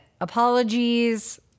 apologies